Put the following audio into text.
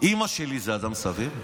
מה זה סביר?